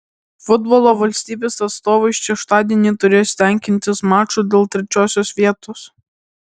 futbolo valstybės atstovai šeštadienį turės tenkintis maču dėl trečiosios vietos